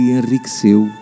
enriqueceu